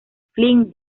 flynn